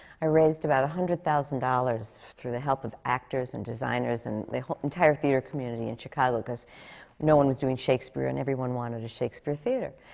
i raised about a hundred thousand dollars, through the help of actors and designers and the entire theatre community in chicago, because no one was doing shakespeare and everyone wanted a shakespeare theatre.